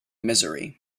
misery